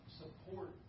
support